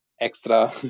extra